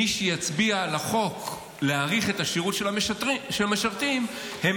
מי שיצביע על החוק להאריך את השירות של המשרתים הם